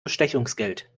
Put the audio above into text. bestechungsgeld